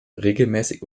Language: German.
regelmäßig